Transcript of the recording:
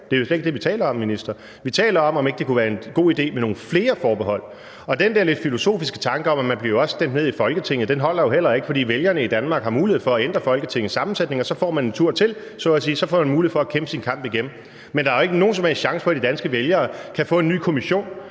Det er jo slet ikke det, vi taler om, minister. Vi taler om, om ikke det kunne være en god idé med nogle flere forbehold, og den der lidt filosofiske tanke om, at man jo også bliver stemt ned i Folketinget, holder jo heller ikke, for vælgerne i Danmark har mulighed for at ændre Folketingets sammensætning, og så får man en tur til, om man så må sige – så får man mulighed for at kæmpe sin kamp igen. Men der er jo ikke nogen som helst chance for, at de danske vælgere kan få en ny Kommission,